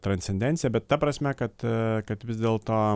transcendencija bet ta prasme kad kad vis dėlto